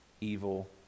evil